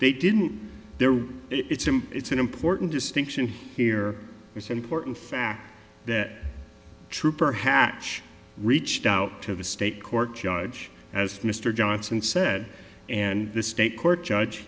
they didn't there it's a it's an important distinction here it's important that trooper hatch reached out to the state court judge as mr johnson said and the state court judge